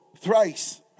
thrice